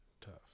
Tough